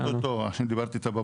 אוטוטו, דיברתי איתה הבוקר.